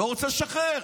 לא רוצה לשחרר.